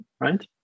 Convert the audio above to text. right